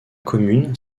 commune